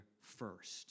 first